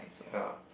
ya